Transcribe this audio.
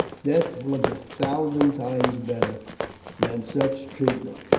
death was a thousand times better than such treatment.